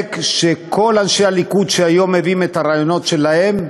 ספק שכל אנשי הליכוד שהיום מביאים את הרעיונות שלהם,